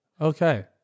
Okay